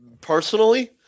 personally